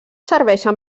serveixen